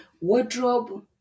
wardrobe